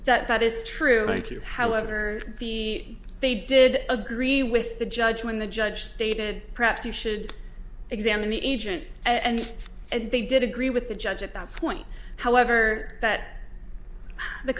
that that is true thank you however b they did agree with the judge when the judge stated perhaps you should examine the agent and if they did agree with the judge at that point however that the